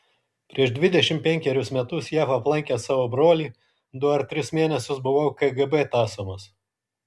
prieš dvidešimt penkerius metus jav aplankęs savo brolį du ar tris mėnesius buvau kgb tąsomas